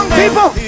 people